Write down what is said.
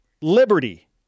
Liberty